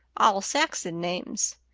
all saxon names.